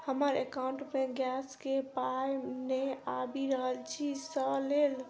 हमरा एकाउंट मे गैस केँ पाई नै आबि रहल छी सँ लेल?